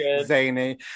zany